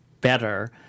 better